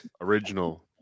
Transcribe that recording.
original